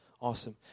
Awesome